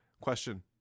question